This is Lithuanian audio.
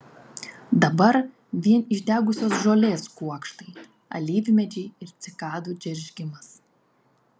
dabar vien išdegusios žolės kuokštai alyvmedžiai ir cikadų džeržgimas